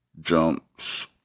jumps